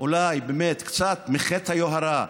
אולי באמת קצת מחטא היוהרה.